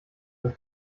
das